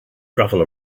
gravel